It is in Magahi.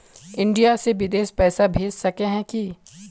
इंडिया से बिदेश पैसा भेज सके है की?